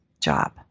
job